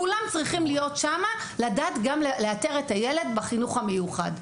כולם צריכים להיות שם לדעת לאתר את הילד בחינוך המיוחד.